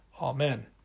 Amen